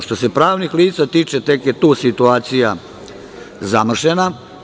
Što se pravnih lica tiče, tek je tu situacija zamršena.